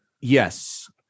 yes